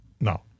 No